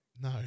No